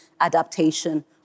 adaptation